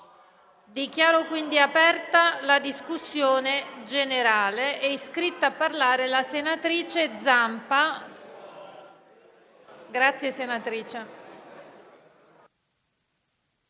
Dichiaro aperta la discussione generale. È iscritta a parlare la senatrice Zampa.